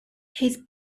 his